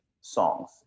songs